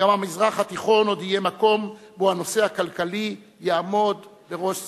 גם המזרח התיכון עוד יהיה מקום שבו הנושא הכלכלי יעמוד בראש סדר-היום,